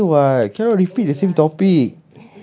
already say [what] cannot repeat the same topic